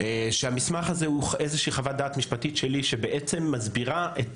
המסמך הזה הוא חוות דעת משפטית שלי שבעצם מסבירה את